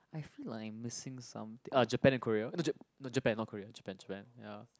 I feel like I'm missing something ah Japan and Korea uh no Japan not Korea Japan Japan ya